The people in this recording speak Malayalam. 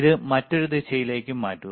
ഇത് മറ്റൊരു ദിശയിലേക്ക് മാറ്റുക